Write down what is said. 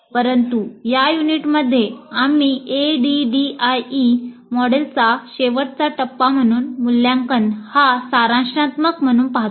परंतु या युनिटमध्ये आम्ही ADDIE मॉडेलचा शेवटचा टप्पा म्हणून मूल्यांकन हा सारांशात्मक म्हणून पहातो